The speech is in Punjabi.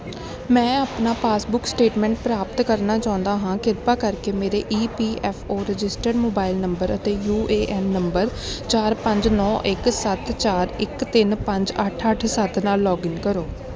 ਮੈਂ ਆਪਣਾ ਪਾਸਬੁੱਕ ਸਟੇਟਮੈਂਟ ਪ੍ਰਾਪਤ ਕਰਨਾ ਚਾਹੁੰਦਾ ਹਾਂ ਕਿਰਪਾ ਕਰਕੇ ਮੇਰੇ E P F O registered mobile number ਅਤੇ ਯੂ ਏ ਐਨ ਨੰਬਰ ਚਾਰ ਪੰਜ ਨੌਂ ਇੱਕ ਸੱਤ ਚਾਰ ਇੱਕ ਤਿੰਨ ਪੰਜ ਅੱਠ ਅੱਠ ਸੱਤ ਨਾਲ ਲੌਗਇਨ ਕਰੋ